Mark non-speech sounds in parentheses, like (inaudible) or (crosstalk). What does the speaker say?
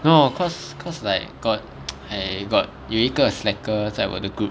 no cause cause like got (noise) !aiya! got 有一个 slacker 在我的 group